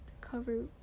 cover